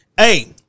Hey